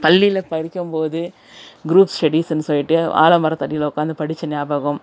பள்ளியில் படிக்கும்போது க்ரூப் ஸ்டெடீஸுன்னு சொல்லிவிட்டு ஆல மரத்தடியில் உக்காந்து படித்த ஞாபகம்